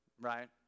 right